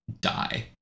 die